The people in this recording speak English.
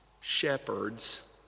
shepherds